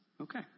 okay